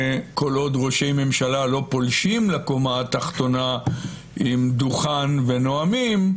כל עוד ראשי ממשלה לא פולשים לקומה התחתונה עם דוכן ונואמים,